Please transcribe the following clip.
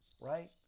right